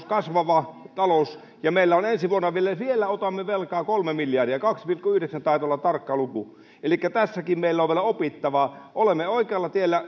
kasvava talous ensi vuonna vielä otamme velkaa kolme miljardia kaksi pilkku yhdeksän taitaa olla tarkka luku elikkä tässäkin meillä on vielä opittavaa olemme oikealla tiellä